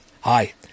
Hi